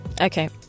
okay